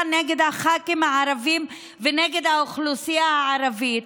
נגד הח"כים הערבים ונגד האוכלוסייה הערבית,